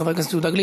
חבר הכנסת גליק.